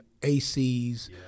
ACs